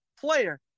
player